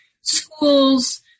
schools